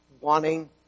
Wanting